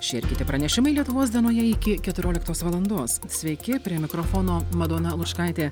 šie ir kiti pranešimai lietuvos dienoje iki keturioliktos valandos sveiki prie mikrofono madona lučkaitė